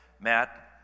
Matt